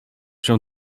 się